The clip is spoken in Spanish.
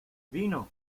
vino